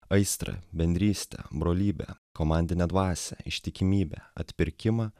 aistrą bendrystę brolybę komandinę dvasią ištikimybę atpirkimą